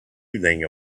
evening